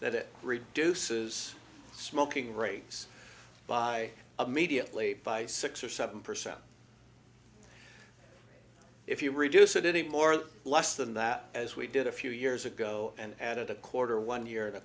that it reduces smoking rates by a media play by six or seven percent if you reduce it any more or less than that as we did a few years ago and added a quarter one year and a